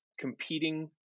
competing